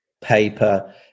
paper